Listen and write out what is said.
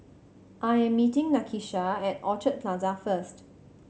I am meeting Nakisha at Orchard Plaza first